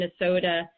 Minnesota